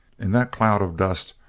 in that cloud of dust,